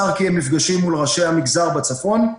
השר קיים מפגשים מול ראשי המגזר בצפון,